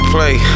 Play